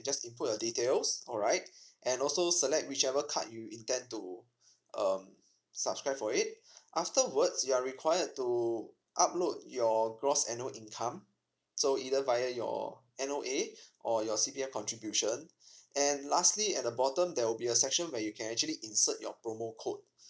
just input your details alright and also select whichever card you intend to um subscribe for it afterwards you are required to upload your gross annual income so either via your N_O_A or your C_P_F contribution and lastly at the bottom there will be a section where you can actually insert your promo code